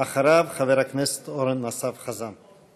אחריו, חבר הכנסת אורן אסף חזן.